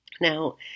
Now